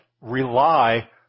rely